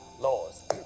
laws